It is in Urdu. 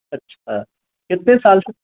اچھا کتنے سال سے